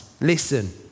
listen